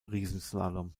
riesenslalom